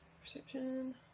Perception